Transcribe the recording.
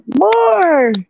more